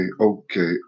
okay